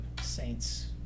Saints